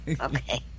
Okay